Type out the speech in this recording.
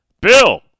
Bill